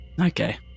okay